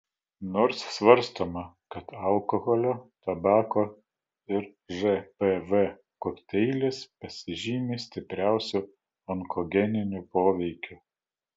nors svarstoma kad alkoholio tabako ir žpv kokteilis pasižymi stipriausiu onkogeniniu poveikiu